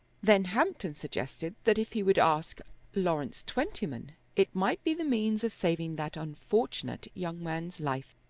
then hampton suggested that if he would ask lawrence twentyman it might be the means of saving that unfortunate young man's life.